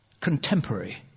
contemporary